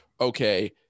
Okay